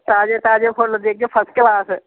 ताज़े ताज़े फुल्ल देगे फसकलास